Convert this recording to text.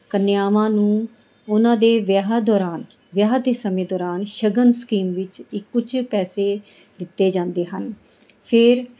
ਕੰਨਿਆਵਾਂ ਨੂੰ ਉਹਨਾਂ ਦੇ ਵਿਆਹ ਦੌਰਾਨ ਵਿਆਹ ਦੇ ਸਮੇਂ ਦੌਰਾਨ ਸ਼ਗਨ ਸਕੀਮ ਵਿੱਚ ਇੱਕ ਕੁਝ ਪੈਸੇ ਦਿੱਤੇ ਜਾਂਦੇ ਹਨ ਫਿਰ